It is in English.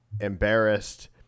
embarrassed